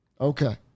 Okay